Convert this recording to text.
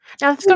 Now